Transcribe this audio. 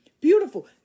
beautiful